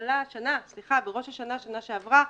בראש השנה שנה שעברה,